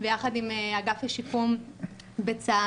ויחד עם אגף השיקום בצה"ל.